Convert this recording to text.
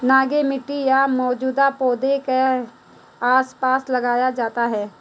नंगे मिट्टी या मौजूदा पौधों के आसपास लगाया जाता है